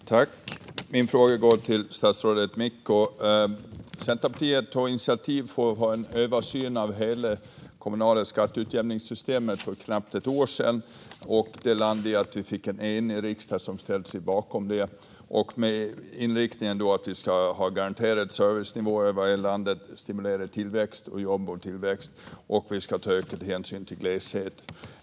Fru talman! Min fråga går till statsrådet Micko. Centerpartiet tog för knappt ett år sedan initiativ till en översyn av hela det kommunala skatteutjämningssystemet. En enig riksdag ställde sig bakom det, med inriktningen att vi ska ha garanterad servicenivå över hela landet, stimulera tillväxt och jobb och ta ökad hänsyn till gleshet.